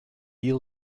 eel